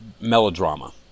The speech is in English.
melodrama